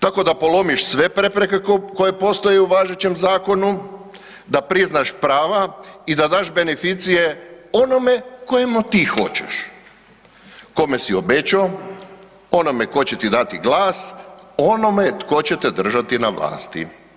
Tako da polomiš sve prepreke koje postoje u važećem zakonu, da priznaš prava i da daš beneficije onima kojima ti hoćeš, kome si obećao, onome tko će ti dati glas, onome tko će se držati na vlasti.